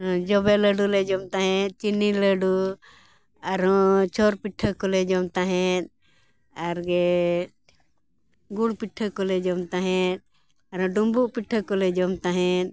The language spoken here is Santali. ᱡᱚᱵᱮ ᱞᱟᱹᱰᱩ ᱞᱮ ᱡᱚᱢ ᱛᱟᱦᱮᱸᱫ ᱪᱤᱱᱤ ᱞᱟᱹᱰᱩ ᱟᱨᱚ ᱪᱷᱚᱨ ᱯᱤᱴᱷᱟᱹ ᱠᱚᱞᱮ ᱡᱚᱢ ᱛᱟᱦᱮᱸᱜ ᱟᱨ ᱜᱮ ᱜᱩᱲ ᱯᱤᱴᱷᱟᱹ ᱠᱚᱞᱮ ᱡᱚᱢ ᱛᱟᱦᱮᱸᱫ ᱟᱨᱚ ᱰᱩᱢᱵᱩᱜ ᱯᱤᱴᱷᱟᱹ ᱠᱚᱞᱮ ᱡᱚᱢ ᱛᱟᱦᱮᱸᱫ